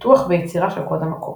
פיתוח ויצירה של קוד המקור